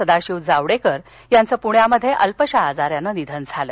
सदाशिव जावडेकर यांच पुण्यात अल्पशा आजारानं निधन झालं